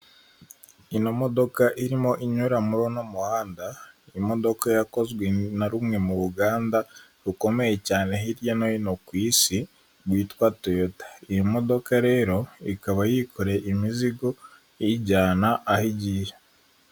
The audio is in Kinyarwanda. Ino modoka irimo inyuramo muri uno muhanda, ni imodoka yakozwe na rumwe mu ruganda rukomeye cyane hirya no hino ku Isi rwitwa toyota, iyi modoka rero ikaba yikoreye imizigo iyijyana aho igiye.